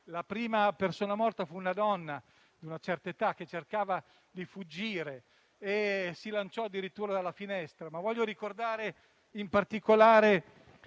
La prima persona a morire fu una donna di una certa età che, cercando di fuggire, si lanciò addirittura dalla finestra.